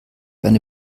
eine